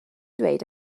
dweud